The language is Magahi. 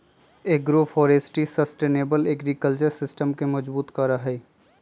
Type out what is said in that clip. एग्रोफोरेस्ट्री सस्टेनेबल एग्रीकल्चर सिस्टम के मजबूत करा हई